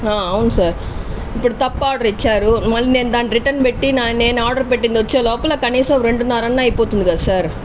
అవును సార్ ఇప్పుడు తప్పు ఆర్డర్ ఇచ్చారు మళ్లీ నేను దాన్ని రిటర్న్ పెట్టి నా నేను ఆర్డర్ పెట్టింది వచ్చే లోపల కనీసం రెండున్నరన్న అయిపోతుంది కదా సార్